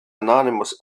anonymous